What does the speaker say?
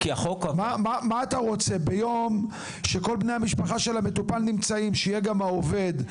מה אתה רוצה שביום שכל בני המשפחה של המטופל נמצאים שיהיה גם העובד,